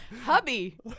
Hubby